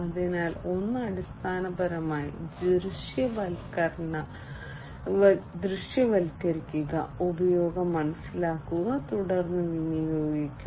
അതിനാൽ ഒന്ന് അടിസ്ഥാനപരമായി ദൃശ്യവൽക്കരണം ദൃശ്യവൽക്കരിക്കുക ഉപയോഗം മനസ്സിലാക്കുക തുടർന്ന് വിനിയോഗിക്കുക